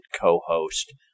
co-host